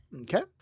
Okay